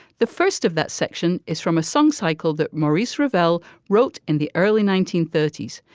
the first of that section is from a song cycle that maurice ravel wrote in the early nineteen thirty s.